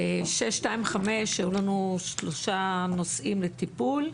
ב-625 היו לנו שלושה נושאים לטיפול,